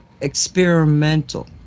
experimental